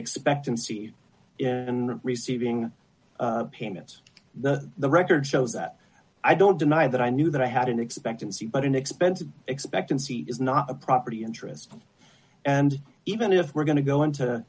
expectancy in receiving payments the the record shows that i don't deny that i knew that i had an expectancy but an expensive expectancy is not a property interest and even if we're going to go into